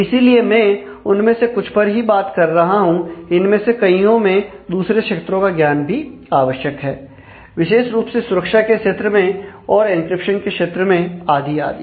इसीलिए मैं उनमें से कुछ ही पर बात कर रहा हूं इनमें से कईयों में दूसरे क्षेत्रों का भी ज्ञान आवश्यक है विशेष रुप से सुरक्षा के क्षेत्र में और एंक्रिप्शन के क्षेत्र में आदि आदि